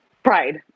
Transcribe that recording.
Pride